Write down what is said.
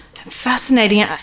fascinating